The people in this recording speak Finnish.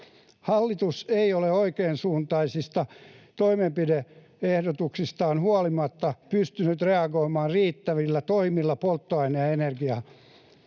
Hallitus ei ole oikeasuuntaisista toimenpide-ehdotuksistaan huolimatta pystynyt reagoimaan riittävillä toimilla polttoaineen ja energian